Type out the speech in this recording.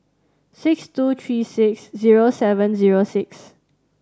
six two three six zero seven zero six